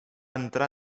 entrar